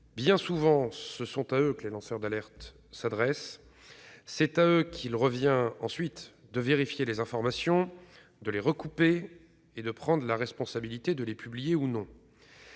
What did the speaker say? Bien souvent, ce sont à eux que les lanceurs d'alerte s'adressent. C'est à eux qu'il revient ensuite de vérifier les informations, de les recouper et de prendre la responsabilité de les publier ou non.